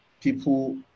people